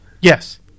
yes